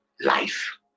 life